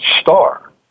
star